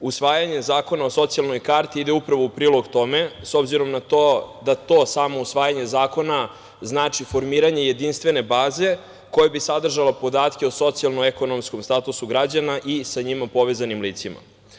Usvajanje zakona o socijalnoj karti ide upravo u prilog tome, s obzirom na to da to samo usvajanje zakona znači formiranje jedinstvene baze koja bi sadržala podatke o socijalno-ekonomskom statusu građana i sa njima povezanim licima.